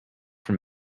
from